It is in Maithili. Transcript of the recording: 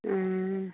हूँ